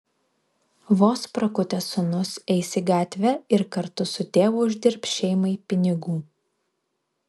vos prakutęs sūnus eis į gatvę ir kartu su tėvu uždirbs šeimai pinigų